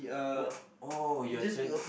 oh you are trying